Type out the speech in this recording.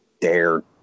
dare